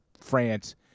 France